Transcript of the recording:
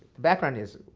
the background is,